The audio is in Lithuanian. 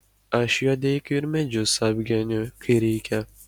aš juodeikiui ir medžius apgeniu kai reikia